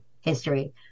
history